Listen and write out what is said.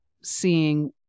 seeing